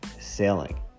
sailing